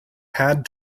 had